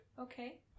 Okay